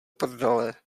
prdele